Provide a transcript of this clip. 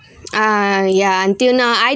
ah yeah until now I